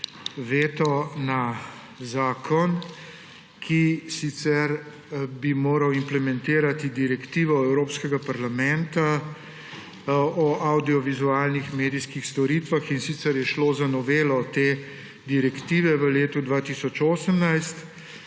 veto na zakon, ki bi sicer moral implementirati direktivo Evropskega parlamenta o avdiovizualnih medijskih storitvah, in sicer je šlo za novelo te direktive v letu 2018.